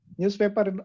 newspaper